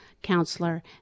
Counselor